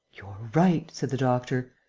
you're right, said the doctor,